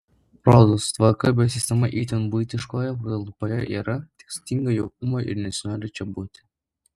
rodos tvarka bei sistema itin buitiškoje patalpoje yra tik stinga jaukumo ir nesinori čia būti